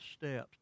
steps